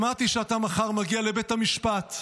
שמעתי שמחר אתה תגיע לבית המשפט.